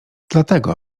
dlatego